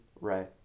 Right